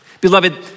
Beloved